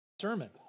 Sermon